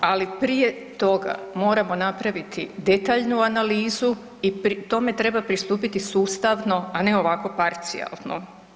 Ali prije toga moramo napraviti detaljnu analizu i tome treba pristupiti sustavno, a ne ovako parcijalno.